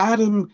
Adam